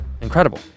incredible